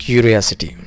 Curiosity